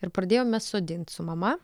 ir pradėjom mes sodint su mama